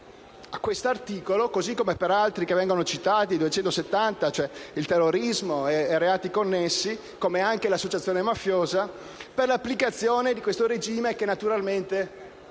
a quest'articolo, così come per altri che vengono citati (l'articolo 270 sul terrorismo e i reati connessi, e anche l'associazione mafiosa), per l'applicazione di questo regime che, naturalmente,